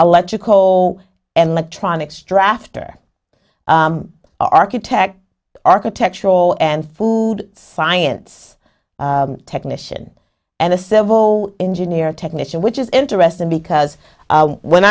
electronics drafter architect architectural and food science technician and a civil engineer technician which is interesting because when